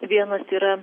vienas yra